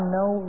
no